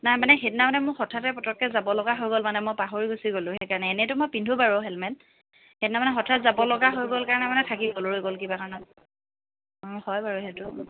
নাই মানে সেইদিনা মানে মই হঠাতে মানে পটকৈ যাব লগা হৈ গ'ল মানে মই পাহৰি গুচি গ'লোঁ সেইকাৰণে এনেটো মই পিন্ধো বাৰু হেলমেট সেইদিনা মানে হঠাৎ যাব লগা হৈ গ'ল কাৰণে মানে থাকি গ'ল ৰৈ গ'ল কিবা কাৰণত হয় বাৰু সেইটো